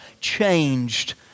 changed